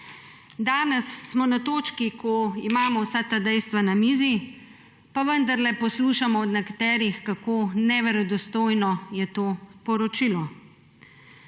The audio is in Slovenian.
Danes smo na točki, ko imamo vsa ta dejstva na mizi, pa vendarle poslušamo od nekaterih, kako neverodostojno je to poročilo.